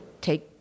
take